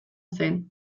zen